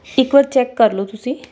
ਇੱਕ ਵਾਰ ਚੈੱਕ ਕਰ ਲਓ ਤੁਸੀਂ